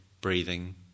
breathing